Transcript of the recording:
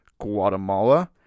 Guatemala